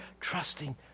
trusting